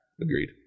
Agreed